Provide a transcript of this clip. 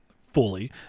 fully